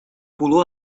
pulou